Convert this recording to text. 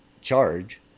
charge